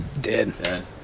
Dead